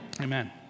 Amen